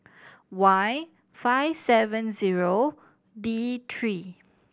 Y five seven zero D three